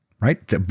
Right